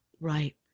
Right